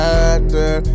actor